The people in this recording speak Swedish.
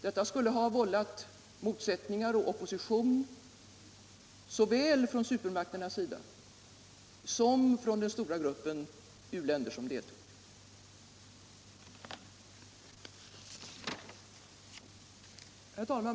Detta skulle ha vållat motsättningar och opposition såväl från supermakternas sida som från den stora gruppen u-länder som deltog. Herr talman!